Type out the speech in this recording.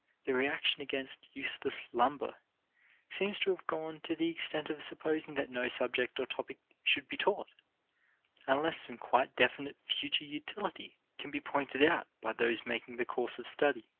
the reaction against useless lumber seems to have gone to the extent of supposing that no subject or topic should be taught unless some quite definite future utility can be pointed out by those making the course of study